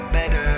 Better